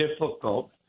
difficult